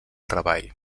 treball